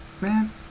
Man